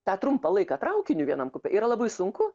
tą trumpą laiką traukiniu vienam kupė yra labai sunku